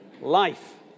life